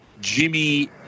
Jimmy